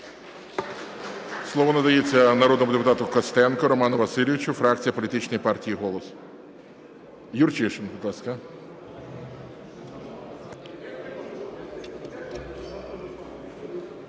Слово надається народному депутату Костенку Роману Васильовичу, фракція політичної партії "Голос". Юрчишин, будь ласка.